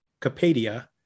Capadia